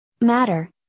matter